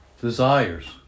desires